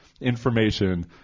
information